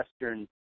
western